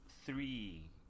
Three